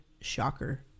Shocker